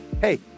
hey